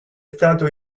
stato